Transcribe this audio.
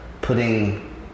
putting